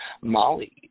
molly